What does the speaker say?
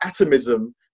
atomism